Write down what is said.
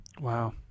wow